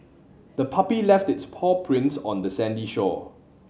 the puppy left its paw prints on the sandy shore